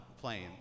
playing